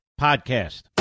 Podcast